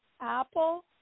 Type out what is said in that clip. apple